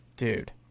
Dude